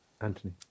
Anthony